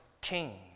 king